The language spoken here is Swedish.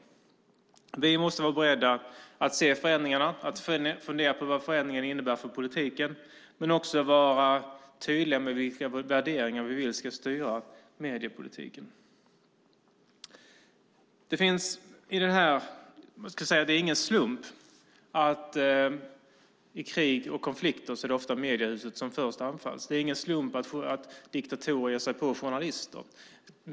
Vi måste vara beredda på att se förändringarna, att fundera över vad förändringarna innebär för politiken och vara tydliga med vilka värderingar vi vill ska styra mediepolitiken. Det är ingen slump att det i krig och konflikter ofta är mediehuset som först anfalls. Det är ingen slump att diktatorer ger sig på journalister.